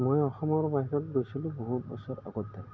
মই অসমৰ বাহিৰত গৈছিলোঁ বহুত বছৰ আগতে